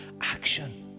action